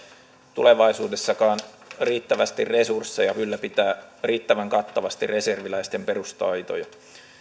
tulevaisuudessakaan riittävästi resursseja ylläpitää riittävän kattavasti reserviläisten perustaitoja